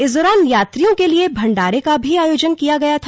इस दौरान यात्रियों के लिए भंडारे का भी आयोजन किया गया था